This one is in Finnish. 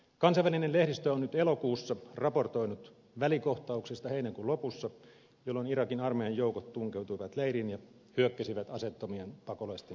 kansainvälinen lehdistö on nyt elokuussa raportoinut välikohtauksesta heinäkuun lopussa jolloin irakin armeijan joukot tunkeutuivat leiriin ja hyökkäsivät aseettomien pakolaisten kimppuun